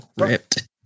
ripped